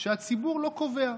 שהציבור לא קובע,